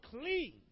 clean